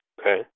Okay